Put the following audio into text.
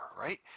right